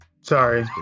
sorry